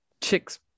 chick's